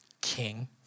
king